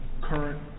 current